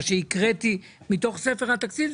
מה שהקראתי מתוך ספר התקציב,